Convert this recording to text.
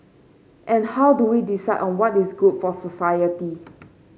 and how do we decide on what is good for society